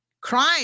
Crime